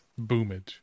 Boomage